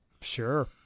Sure